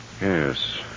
Yes